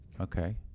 Okay